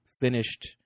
finished